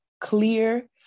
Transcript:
clear